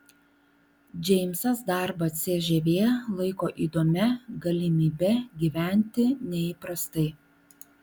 džeimsas darbą cžv laiko įdomia galimybe gyventi neįprastai